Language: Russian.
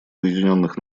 объединенных